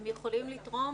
הם יכולים לתרום,